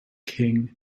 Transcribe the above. king